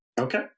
Okay